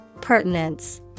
Pertinence